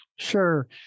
Sure